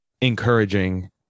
encouraging